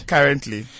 Currently